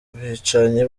bicanyi